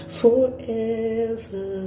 forever